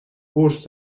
curs